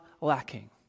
lacking